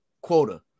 quota